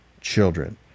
children